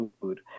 food